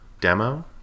demo